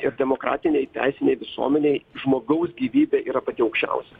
ir demokratinėj teisinėj visuomenėj žmogaus gyvybė yra pati aukščiausia